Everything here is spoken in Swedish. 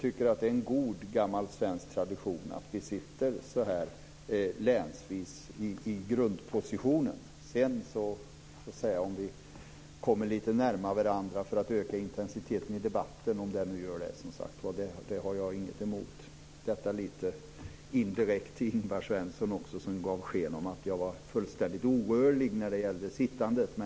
Det är en god gammal svensk tradition att vi sitter länsvis i grundpositionen. Sedan kan vi ju komma lite närmare varandra för att öka intensiteten i debatten - om den nu ökar. Det har jag ingenting emot. Det här säger jag också indirekt till Ingvar Svensson, som gav sken av att jag var fullständigt orörlig när det gäller sittandet.